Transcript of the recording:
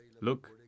Look